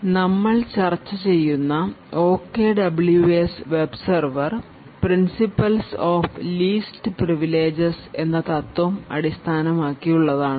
ഇത് നമ്മൾ ചർച്ച ചെയ്യുന്ന OKWS web server principles of least privileges എന്ന തത്വം അടിസ്ഥാനമാക്കി ഉള്ളതാണ്